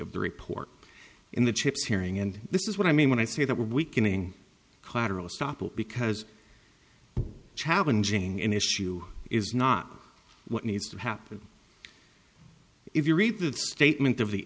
of the report in the chips hearing and this is what i mean when i say that we're weakening collateral estoppel because challenging an issue is not what needs to happen if you read the statement of the